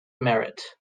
merritt